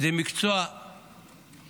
זה מקצוע מתגמל,